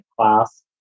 class